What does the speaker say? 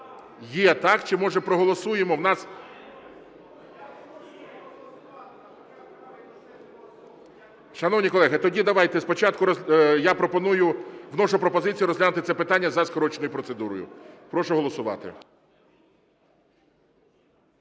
Є, так. Чи, може, проголосуємо, в нас… Шановні колеги, тоді давайте спочатку, я пропоную, вношу пропозицію розглянути це питання за скороченою процедурою. Прошу голосувати.